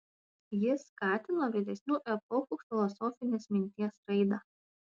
jis skatino vėlesnių epochų filosofinės minties raidą